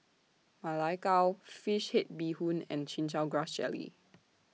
Ma Lai Gao Fish Head Bee Hoon and Chin Chow Grass Jelly